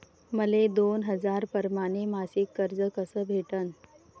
मले दोन हजार परमाने मासिक कर्ज कस भेटन?